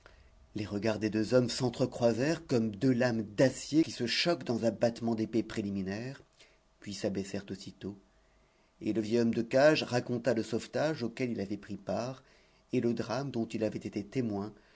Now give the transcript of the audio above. les regards des deux hommes s'entrecroisèrent comme deux lames d'acier qui se choquent dans un battement d'épée préliminaire puis s'abaissèrent aussitôt et le vieil homme de cages raconta le sauvetage auquel il avait pris part et le drame dont il avait été témoin